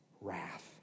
wrath